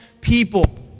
people